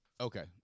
okay